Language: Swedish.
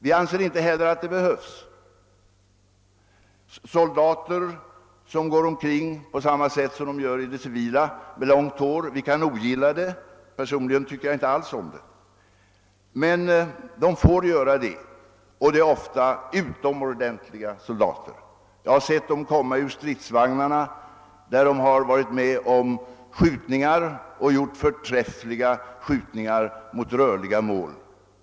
Vi anser inte heller att det behövs. Att soldater går omkring på samma sätt som de gör i det civila med långt hår kan vi ogilla — personligen tycker jag inte alls om det. Men de får göra det, och de är ofta utomordentliga soldater. Jag har sett dem komma ur stridsvagnarna sedan de gjort förträffliga skjutningar mot rörliga mål.